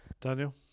Daniel